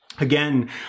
Again